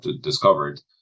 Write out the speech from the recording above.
discovered